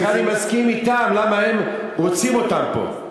לכן אני מסכים אתם, למה הם רוצים אותם פה.